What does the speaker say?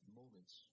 moments